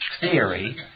theory